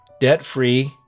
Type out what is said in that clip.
debt-free